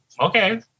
okay